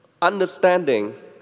Understanding